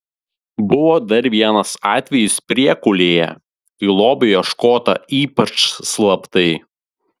buvo dar vienas atvejis priekulėje kai lobio ieškota ypač slaptai